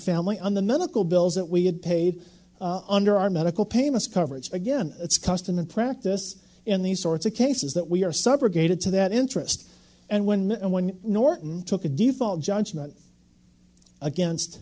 family on the medical bills that we had paid under our medical payments coverage again it's custom and practice in these sorts of cases that we are subrogated to that interest and when and when norton took a default judgment against